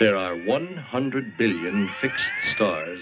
there are one hundred billion fixed stars